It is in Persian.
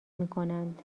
میکنند